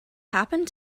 happened